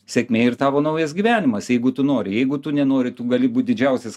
sėkmė ir tavo naujas gyvenimas jeigu tu nori jeigu tu nenori tu gali būt didžiausias